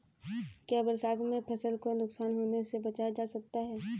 क्या बरसात में फसल को नुकसान होने से बचाया जा सकता है?